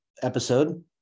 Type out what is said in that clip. episode